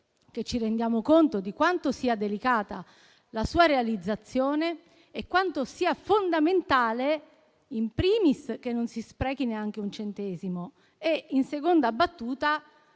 che ci rendiamo conto di quanto sia delicata la sua realizzazione e di quanto sia fondamentale, *in primis*, non sprecare neanche un centesimo e, in seconda battuta,